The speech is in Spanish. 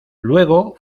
luego